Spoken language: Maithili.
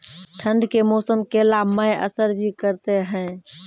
ठंड के मौसम केला मैं असर भी करते हैं?